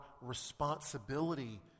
responsibility